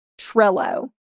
Trello